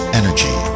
energy